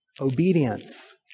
obedience